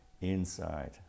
inside